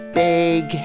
big